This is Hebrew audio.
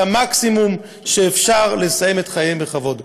המקסימום שאפשר כדי לסיים את חייהם בכבוד.